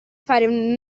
fare